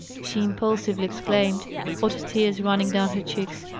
she impulsively exclaimed, hot tears running down her cheeks.